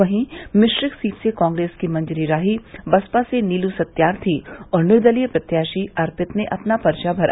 वहीं मिश्रिख सीट से कांग्रेस की मंजरी राही बसपा से नीलू सत्यार्थी और निर्दलीय प्रत्याशी अर्पित ने अपना पर्चा भरा